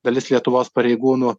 dalis lietuvos pareigūnų